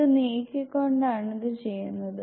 ഇത് നീക്കി കൊണ്ടാണ് ഇത് ചെയ്യുന്നത്